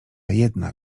jedna